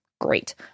great